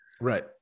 right